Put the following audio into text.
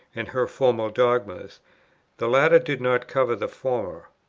and her formal dogmas the latter did not cover the former.